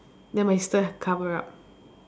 then my sister cover up